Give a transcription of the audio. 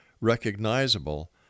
recognizable